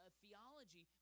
theology